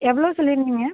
எவ்வளோ சொல்லியிருந்தீங்க